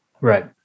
right